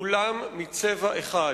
כולם מצבע אחד.